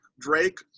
Drake